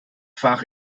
fach